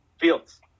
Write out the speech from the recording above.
Fields